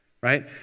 right